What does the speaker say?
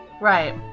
Right